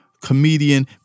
comedian